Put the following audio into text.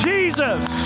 Jesus